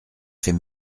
fait